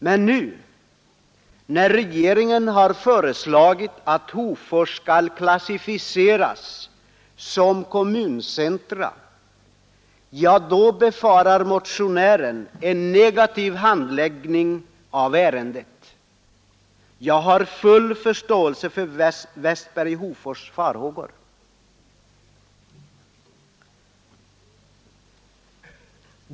Men nu, när regeringen har föreslagit att Hofors skall klassificeras som kommuncentrum, befarar motionären en negativ handläggning av ärendet. Jag har full förståelse för herr Westbergs farhågor.